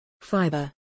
Fiber